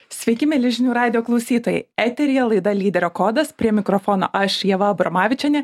sveiki mieli žinių radijo klausytojai eteryje laida lyderio kodas prie mikrofono aš ieva abramavičienė